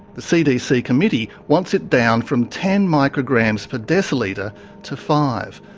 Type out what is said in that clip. the cdc committee wants it down from ten micrograms per decilitre to five,